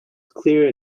clear